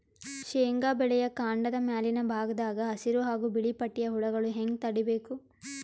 ಶೇಂಗಾ ಬೆಳೆಯ ಕಾಂಡದ ಮ್ಯಾಲಿನ ಭಾಗದಾಗ ಹಸಿರು ಹಾಗೂ ಬಿಳಿಪಟ್ಟಿಯ ಹುಳುಗಳು ಹ್ಯಾಂಗ್ ತಡೀಬೇಕು?